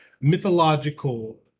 mythological